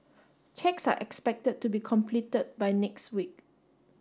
checks are expected to be completed by next week